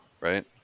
right